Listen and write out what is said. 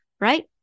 right